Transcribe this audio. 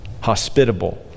hospitable